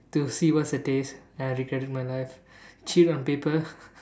to see what's the taste and I regretted my life chewed on paper